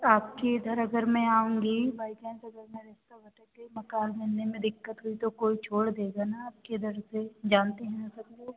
आपके इधर अगर मैं आऊँगी बाई चांस अगर मैं रस्ता भटक गई मकान मिलने में दिक़्क़त हुई तो कोई छोड़ देगा ना आपके इधर से जानते हैं ना सब लोग